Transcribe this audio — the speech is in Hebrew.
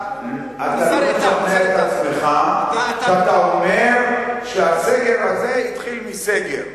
לא שומע את עצמך כשאתה אומר שהסגר הזה התחיל מסגר.